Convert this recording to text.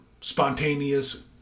spontaneous